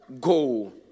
go